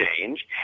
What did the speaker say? change